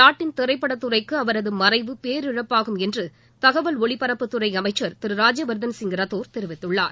நாட்டின் திரைப்படத் துறைக்கு அவரது மறைவு பேரிழப்பாகும் என்று தகவல் ஒலிபரப்புத் துறை அமைச்சர் திரு ராஜ்யவர்தன் சிங் ரத்தோர் தெரிவித்துள்ளார்